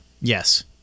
Yes